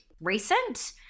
recent